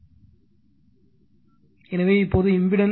எனவே இப்போது impedance Zy Z